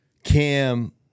Cam